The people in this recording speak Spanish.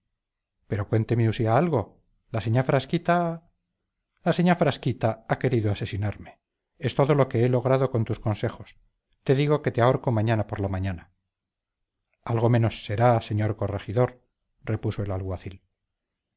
pero cuénteme usía algo la señá frasquita la señá frasquita ha querido asesinarme es todo lo que he logrado con tus consejos te digo que te ahorco mañana por la mañana algo menos será señor corregidor repuso el alguacil